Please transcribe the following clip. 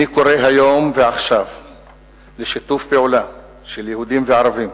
אני קורא היום ועכשיו לשיתוף פעולה של יהודים וערבים